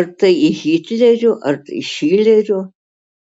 ar tai į hitlerio ar į šilerio